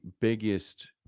biggest